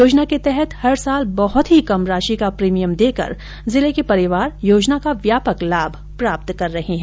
योजना के तहत प्रतिवर्ष बहुत ही कम राशि का प्रीमियम देकर जिले के परिवार योजना का व्यापक लाभ प्राप्त कर रहे है